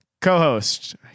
Co-host